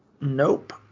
Nope